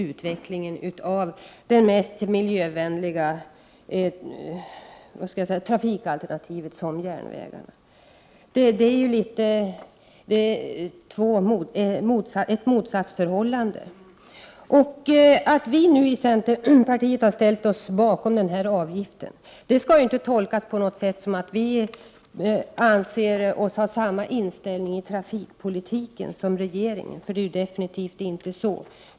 1988/89:46 miljövänliga trafikalternativet, nämligen järnvägen. Det är ett motsatsför 15 december 1988 hållande. Att vi nu i centerpartiet har ställt oss bakom den här avgiften skall = J.rusm rp omsorg inte på något sätt tolkas så, att vi anser oss ha samma inställning i trafikpolitiken som regeringen. Det är avgjort inte så.